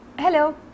hello